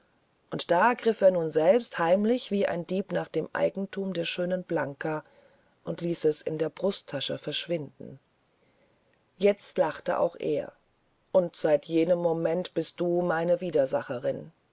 und da griff er nun selbst heimlich wie ein dieb nach dem eigentum der schönen blanka und ließ es in der brusttasche verschwinden jetzt lachte auch er und seit jenem moment bist du meine widersacherin